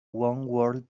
world